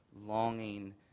longing